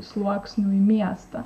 sluoksnių į miestą